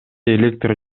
электр